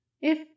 If